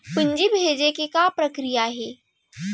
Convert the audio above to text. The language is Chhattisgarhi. पूंजी भेजे के का प्रक्रिया हे?